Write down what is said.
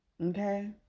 Okay